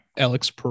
alex